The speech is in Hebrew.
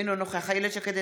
אינו נוכח איילת שקד,